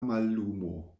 mallumo